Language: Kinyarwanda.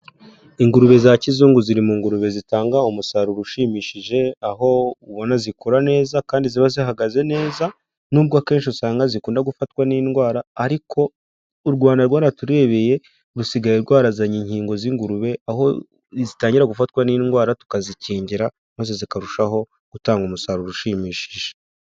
Ingurube za kizungu ziri mu ngurube zitanga umusaruro ushimishije, aho ubona zikura neza kandi ziba zihagaze neza, nubwo akenshi usanga zikunda gufatwa n'indwara ariko u Rwanda rwaraturebeye rusigaye rwarazanye inkingo z'ingurube, aho zitangira gufatwa n'indwara tukazikingira maze zikarushaho gutanga umusaruro ushimishije.